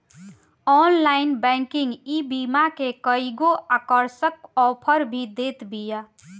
online banking ईबीमा के कईगो आकर्षक आफर भी देत बिया